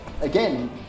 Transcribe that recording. again